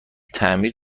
تعمیر